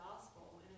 gospel